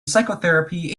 psychotherapy